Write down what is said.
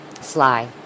Sly